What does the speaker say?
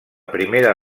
primera